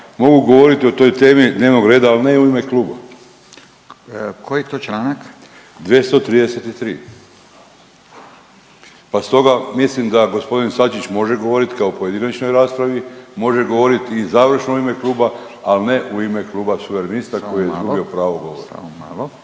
mogu govoriti o toj temi dnevnog reda, al ne u ime kluba. …/Upadica Radin: Koji je to članak?/… 233., pa stoga mislim da g. Sačić može govorit kao o pojedinačnoj raspravi, može govorit i završno u ime kluba, al ne u ime Kluba suverenista koji je izgubio pravo govora.